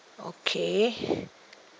okay